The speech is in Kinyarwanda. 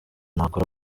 ntakora